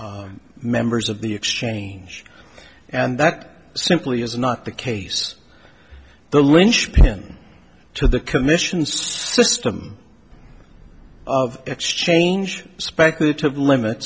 members of the exchange and that simply is not the case the linchpin to the commission's system of exchange speculative limit